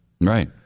Right